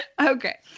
Okay